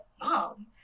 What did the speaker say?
mom